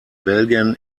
belgien